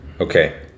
Okay